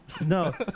No